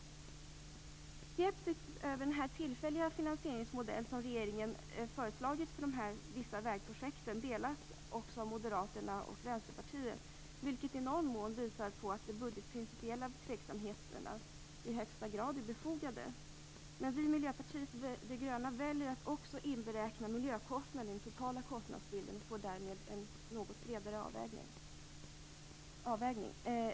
Skepsis över den tillfälliga finansieringsmodell som regeringen föreslagit för vissa vägprojekt delas också av Moderaterna och Vänsterpartiet, vilket i någon mån visar på att de budgetprincipiella tveksamheterna i högsta grad är befogade. Men vi i Miljöpartiet de gröna väljer att också inberäkna miljökostnaden i den totala kostnadsbilden. Vi får därmed en något bredare avvägning.